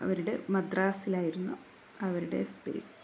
അവരുടെ മദ്രാസിലായിരുന്നു അവരുടെ സ്പേസ്